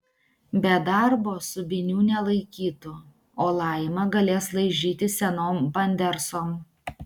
be darbo subinių nelaikytų o laima galės laižyti senom bandersom